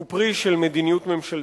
הוא פרי של מדיניות ממשלתית,